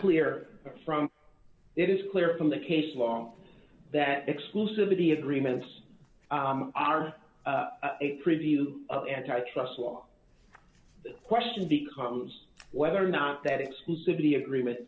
clear from it is clear from the case long that exclusivity agreements are a preview of antitrust law question becomes whether or not that exclusively agreement